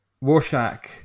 Rorschach